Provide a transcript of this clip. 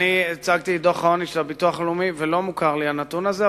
הצגתי את דוח העוני של הביטוח הלאומי ולא מוכר לי הנתון הזה,